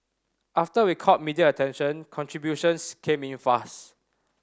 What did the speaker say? after we caught media attention contributions came in fast